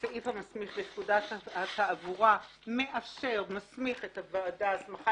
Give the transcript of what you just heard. הסעיף המסמיך לפקודת התעבורה מסמיך את הוועדה ההסמכה